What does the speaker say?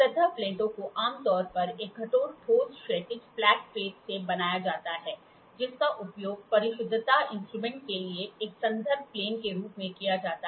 सतह प्लेटों को आम तौर पर एक कठोर ठोस क्षैतिज फ्लैट प्लेट से बनाया जाता है जिसका उपयोग परिशुद्धता इंस्ट्रूमेंट के लिए एक संदर्भ प्लेन के रूप में किया जाता है